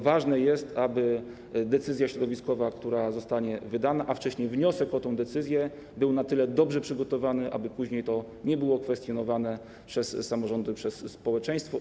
Ważne jest, aby decyzja środowiskowa, która zostanie wydana, a wcześniej wniosek o tę decyzję były na tyle dobrze przygotowane, aby później nie było to kwestionowane przez samorządy, przez społeczeństwo.